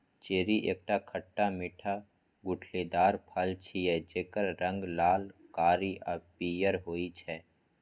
cherry एकटा खट्टा मीठा गुठलीदार फल छियै, जेकर रंग लाल, कारी आ पीयर होइ छै